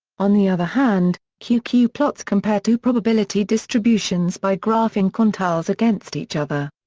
on the other hand, q q plots compare two probability distributions by graphing quantiles against each other.